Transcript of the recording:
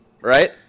Right